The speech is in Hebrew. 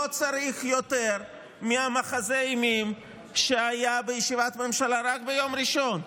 לא צריך יותר ממחזה האימים שהיה בישיבת הממשלה רק ביום ראשון,